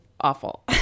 awful